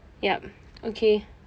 yup okay